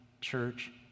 church